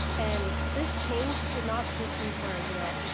and this change should not just be for, you know,